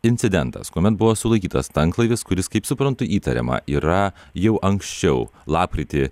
incidentas kuomet buvo sulaikytas tanklaivis kuris kaip suprantu įtariama yra jau anksčiau lapkritį